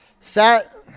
Set